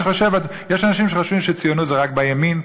יש אנשים שחושבים שציונות זה רק בימין,